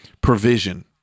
provision